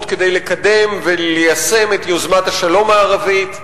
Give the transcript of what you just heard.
כדי לקדם וליישם את יוזמת השלום הערבית.